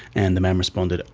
and the man responded,